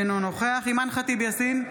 אינו נוכח אימאן ח'טיב יאסין,